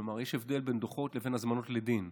כי יש הבדל בין דוחות לבין הזמנות לדין,